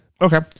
okay